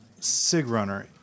Sigrunner